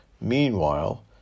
Meanwhile